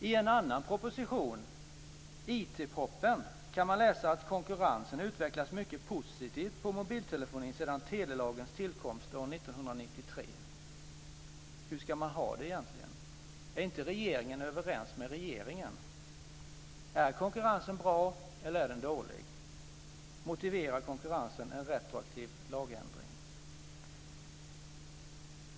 I en annan proposition - IT-propositionen - kan man läsa att konkurrensen utvecklats mycket positivt vad gäller mobiltelefonin sedan telelagens tillkomst år 1993. Hur ska man ha det? Är inte regeringen överens med regeringen? Är konkurrensen bra, eller är den dålig? Motiverar konkurrensen en retroaktiv lagändring?